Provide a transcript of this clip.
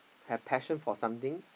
have passion for something